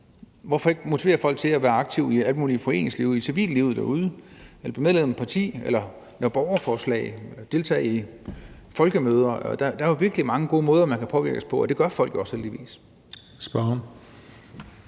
Hvorfor ikke motivere folk til at være aktive i alt muligt foreningsliv, i civillivet derude, at blive medlem af et parti eller lave borgerforslag, deltage i folkemøder. Der er jo virkelig mange gode måder, man kan påvirke os på, og det gør folk også, heldigvis.